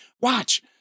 Watch